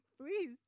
Please